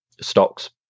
stocks